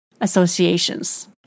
associations